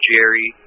Jerry